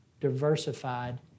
diversified